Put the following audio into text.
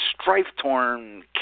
strife-torn